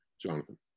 jonathan